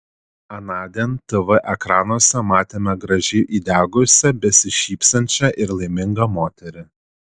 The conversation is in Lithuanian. anądien tv ekranuose matėme gražiai įdegusią besišypsančią ir laimingą moterį